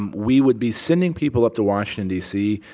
um we would be sending people up to washington, d c,